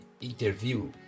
interview